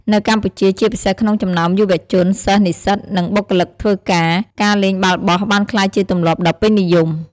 នៅកម្ពុជា ជាពិសេសក្នុងចំណោមយុវជន សិស្ស និស្សិត និងបុគ្គលិកធ្វើការ ការលេងបាល់បោះបានក្លាយជាទម្លាប់ដ៏ពេញនិយម។